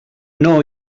know